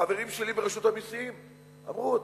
החברים שלי ברשות המסים, אמרו: